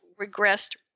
regressed